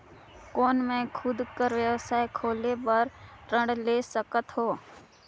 कौन मैं खुद कर व्यवसाय खोले बर ऋण ले सकत हो?